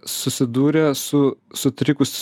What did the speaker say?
susidūrę su sutrikus